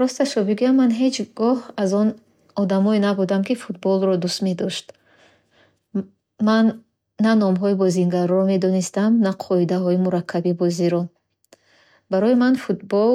Росташро бигӯям, ман ҳеҷ гоҳ аз он одамҳое набудам, ки футболро дӯст медошт. Ман на номҳои бозигаронро медонистам, на қоидаҳои мураккаби бозиро. Барои ман, футбол